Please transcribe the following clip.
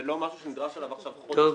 זה לא משהו שנדרש עליו חודש